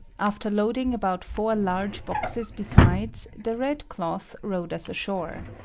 after loading about four large boxes besides, the red-cloth rowed us ashore.